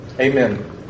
Amen